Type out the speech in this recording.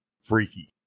freaky